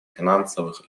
финансовых